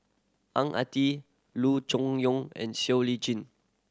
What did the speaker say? Ang Ah Tee Loo Choon Yong and Siow Lee Chin